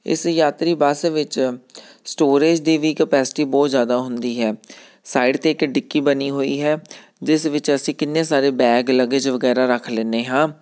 ਇਸ ਯਾਤਰੀ ਬੱਸ ਵਿੱਚ ਸਟੋਰੇਜ ਦੀ ਵੀ ਕਪੈਸਿਟੀ ਬਹੁਤ ਜ਼ਿਆਦਾ ਹੁੰਦੀ ਹੈ ਸਾਈਡ 'ਤੇ ਇੱਕ ਡਿੱਕੀ ਬਣੀ ਹੋਈ ਹੈ ਜਿਸ ਵਿੱਚ ਅਸੀਂ ਕਿੰਨੇ ਸਾਰੇ ਬੈਗ ਲਗੇਜ ਵਗੈਰਾ ਰੱਖ ਲੈਂਦੇ ਹਾਂ